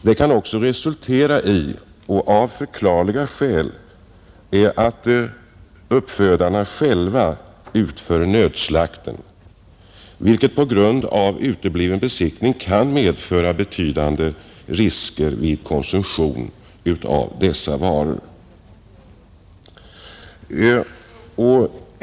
Det kan också av förklarliga skäl resultera i att uppfödarna själva utför nödslakten, vilket på grund av utebliven besiktning kan innebära betydande risker vid konsumtion av dessa varor.